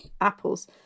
Apples